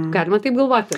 galima taip galvoti